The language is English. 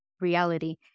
reality